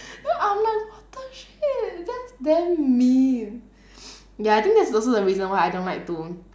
then I was like what the shit that's damn mean ya I think that's also why the reason I don't like to